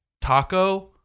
taco